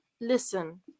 Listen